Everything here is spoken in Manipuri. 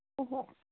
ꯍꯣꯏ ꯍꯣꯏ